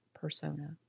persona